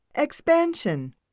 Expansion